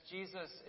Jesus